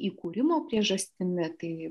įkūrimo priežastimi tai